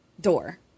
door